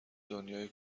دنیای